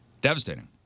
Devastating